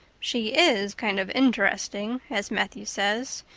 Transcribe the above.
she is kind of interesting as matthew says.